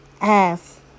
Ask